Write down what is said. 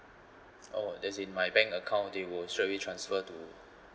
oh as in my bank account they will straight away transfer to